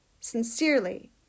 sincerely